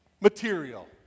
material